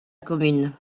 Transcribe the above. commune